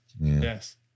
Yes